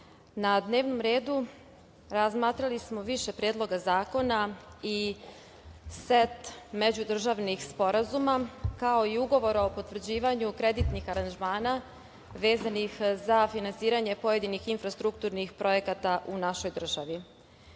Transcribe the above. na dnevnom redu razmatrali smo više predloga zakona i set međudržavnih sporazuma, kao i ugovor o potvrđivanju kreditnih aranžmana vezanih za finansiranje pojedinih infrastrukturnih projekata u našoj državi. Mladi